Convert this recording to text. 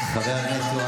נו,